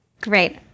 Great